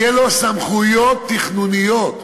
יהיו לו סמכויות תכנוניות.